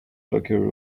locker